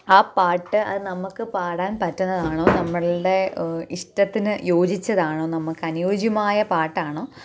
ആ പാട്ട് അത് നമുക്ക് പാടാൻ പറ്റുന്നതാണോ നമ്മളുടെ ഇഷ്ടത്തിന് യോജിച്ചതാണോ നമുക്കനുയോജ്യമായ പാട്ടാണോ